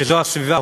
שזו הסביבה,